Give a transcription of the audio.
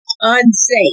unsafe